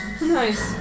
Nice